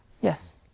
Yes